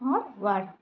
forward